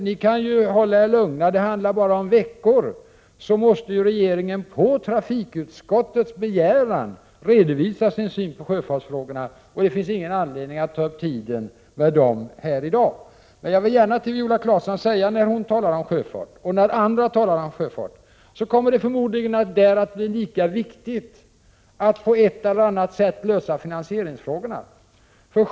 Ni kan känna er lugna! Inom några veckor måste regeringen, på trafikutskottets begäran, redovisa sin syn på sjöfartsfrågorna. Det finns då ingen anledning att ta upp tiden här i dag med dem. Men jag vill gärna säga till Viola Claesson och andra som talar om sjöfarten att det förmodligen kommer att bli lika viktigt att lösa finansieringsfrågorna på den punkten.